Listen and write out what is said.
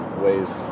ways